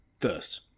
first